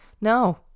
no